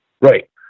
Right